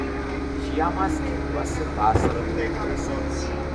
žiemą skiriuosi vasarą tuokiuosi